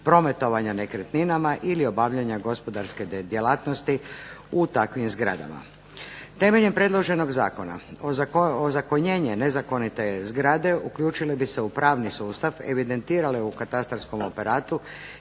prometovanja nekretninama ili obavljanja gospodarske djelatnosti u takvim zgradama. Temeljem predloženog zakona ozakonjenje nezakonite zgrade uključile bi se u pravni sustav, evidentirale u katastarskom aparatu